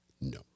No